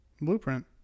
blueprint